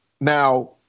Now